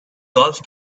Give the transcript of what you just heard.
golf